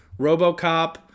RoboCop